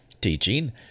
Teaching